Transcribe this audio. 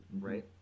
Right